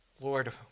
Lord